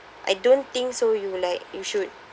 I don't think so you like you should